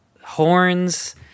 horns